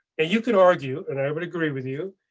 and you could argue. and i would agree with you,